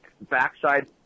backside